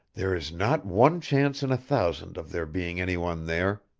there is not one chance in a thousand of there being any one there,